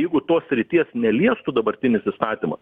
jeigu tos srities neliestų dabartinis įstatymas